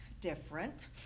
different